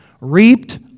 reaped